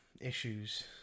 issues